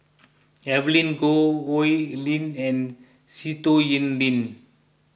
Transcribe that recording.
Evelyn Goh Oi Lin and Sitoh Yih Pin